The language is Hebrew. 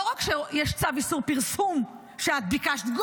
לא רק שיש צו איסור פרסום גורף, שאת ביקשת,